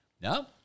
No